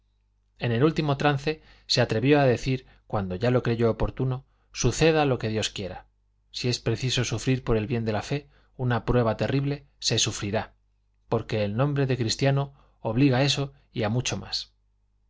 en el último trance se atrevió a decir cuando ya lo creyó oportuno suceda lo que dios quiera si es preciso sufrir por bien de la fe una prueba terrible se sufrirá porque el nombre de cristiano obliga a eso y a mucho más